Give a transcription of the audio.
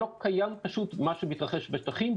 לא קיים פשוט מה שמתרחש בשטחים,